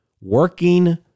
working